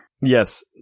Yes